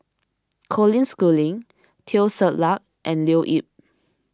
Colin Schooling Teo Ser Luck and Leo Yip